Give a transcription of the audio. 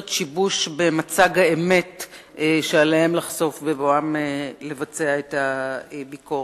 שיבוש במצג האמת שעליהם לחשוף בבואם לבצע את הביקורת.